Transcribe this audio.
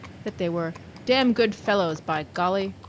that they were damn good fellows, by golly!